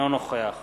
אינו נוכח